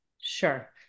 Sure